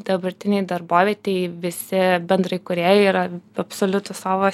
dabartinėj darbovietėj visi bendraįkūrėjai yra absoliutūs savo